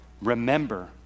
Remember